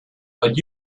but